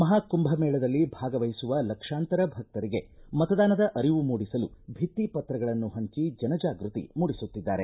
ಮಹಾಕುಂಭ ಮೇಳದಲ್ಲಿ ಭಾಗವಹಿಸುವ ಲಕ್ಷಾಂತರ ಭಕ್ತರಿಗೆ ಮತದಾನ ಅರಿವು ಮೂಡಿಸಲು ಭಿತ್ತಿ ಪತ್ತಗಳನ್ನು ಹಂಚಿ ಜನ ಜಾಗೃತಿ ಮೂಡಿಸುತ್ತಿದ್ದಾರೆ